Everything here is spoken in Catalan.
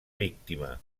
víctima